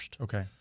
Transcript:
Okay